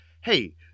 Hey